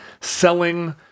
selling